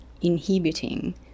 inhibiting